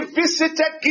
visited